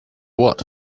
world